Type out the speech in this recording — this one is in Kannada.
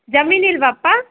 ಜಮೀನಿಲ್ಲವಾಪ್ಪ